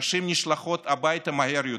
נשים נשלחות הביתה מהר יותר.